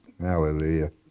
Hallelujah